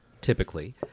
typically